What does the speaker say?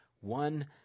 one